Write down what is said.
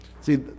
See